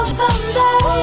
someday